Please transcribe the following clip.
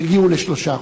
יגיעו ל-3%.